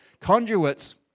Conduits